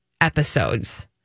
episodes